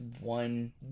one